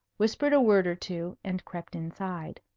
whispered a word or two, and crept inside.